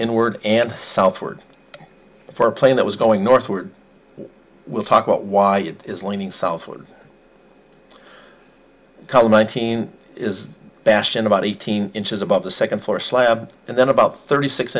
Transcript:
inward and southward for a plane that was going northward we'll talk about why it is leaning southward col nineteen is bashed in about eighteen inches above the second floor slab and then about thirty six